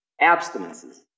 abstinences